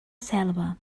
selva